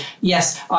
yes